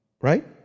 Right